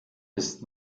ist